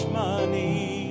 money